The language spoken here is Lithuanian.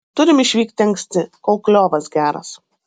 turim išvykti anksti kol kliovas geras